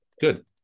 good